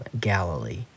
Galilee